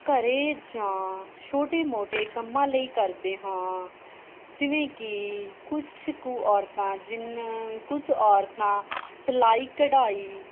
ਘਰ ਜਾਂ ਛੋਟੇ ਮੋਟੇ ਕੰਮਾਂ ਲਈ ਕਰਦੇ ਹਾਂ ਜਿਵੇਂ ਕਿ ਕੁਛ ਕੁ ਔਰਤਾਂ ਜਿੰਨਾ ਕੁਝ ਔਰਤਾਂ ਸਿਲਾਈ ਕਢਾਈ